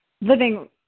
living